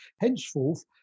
henceforth